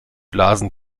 blasen